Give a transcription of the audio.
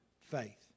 faith